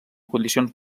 condicions